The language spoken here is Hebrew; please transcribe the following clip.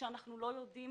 שאנחנו לא יודעים